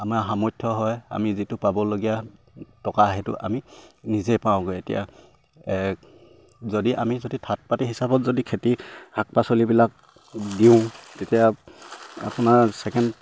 আমাৰ সামৰ্থ্য হয় আমি যিটো পাবলগীয়া টকা সেইটো আমি নিজেই পাওঁগৈ এতিয়া যদি আমি যদি থাৰ্ট পাৰ্টি হিচাপত যদি খেতি শাক পাচলিবিলাক দিওঁ তেতিয়া আপোনাৰ ছেকেণ্ড